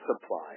supply